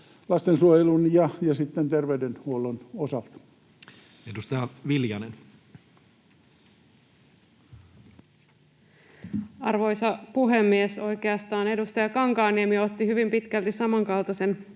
lastensuojelun ja sitten terveydenhuollon osalta? Edustaja Viljanen. Arvoisa puhemies! Oikeastaan edustaja Kankaanniemi otti esiin hyvin pitkälti samankaltaisen